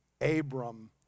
Abram